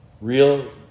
real